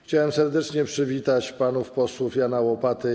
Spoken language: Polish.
Chciałem serdecznie przywitać panów posłów Jana Łopatę.